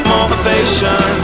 Motivation